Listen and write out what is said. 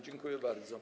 Dziękuję bardzo.